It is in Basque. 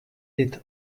dit